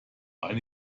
eine